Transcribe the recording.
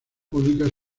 pública